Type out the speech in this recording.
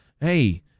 Hey